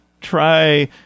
try